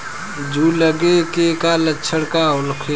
जूं लगे के का लक्षण का होखे?